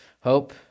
hope